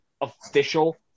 official